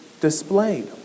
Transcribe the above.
displayed